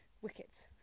wickets